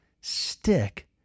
Stick